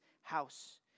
house